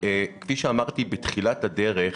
כפי שאמרתי בתחילת הדרך,